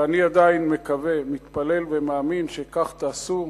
ואני עדיין מקווה, מתפלל ומאמין שכך תעשו,